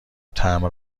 تمبر